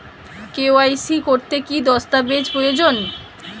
KYC করতে কি দস্তাবেজ প্রয়োজন?